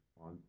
on